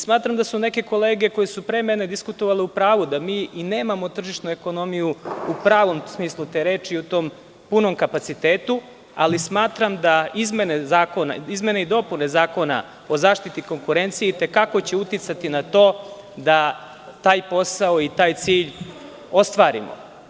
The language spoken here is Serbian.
Smatram da su neke kolege koje su pre mene diskutovaleu pravo da mi i nemamo tržišnu ekonomiju u pravom smislu te reči, u tom punom kapacitetu, ali smatram da izmene i dopune Zakona o zaštiti konkurencije i te kako će uticati na to da taj posao i taj cilj ostvarimo.